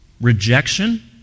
Rejection